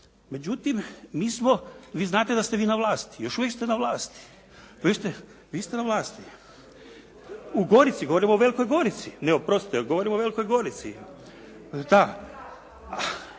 Međutim mi smo, vi znate da ste vi na vlasti, još uvijek ste na vlasti. U Gorici, govorim o Velikoj Gorici. Ne, oprostite govorim o Velikoj Gorici. …